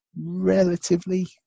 relatively